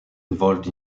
involved